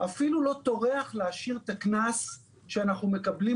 אפילו לא טורח להשאיר את הקנס שאנחנו מקבלים,